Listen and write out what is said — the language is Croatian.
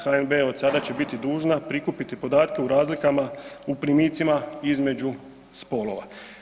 HNB od sada biti dužna prikupiti podatke u razlikama u primicima između spolova.